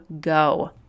go